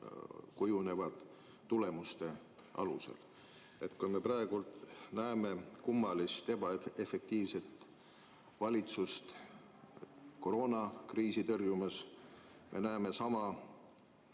kujunevad tulemuste alusel. Me praegu näeme kummalist ebaefektiivset valitsust koroonakriisi tõrjumas, me näeme sama